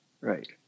right